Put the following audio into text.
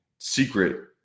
secret